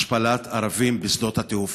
השפלת ערבים בשדות התעופה.